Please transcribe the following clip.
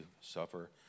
suffer